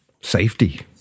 safety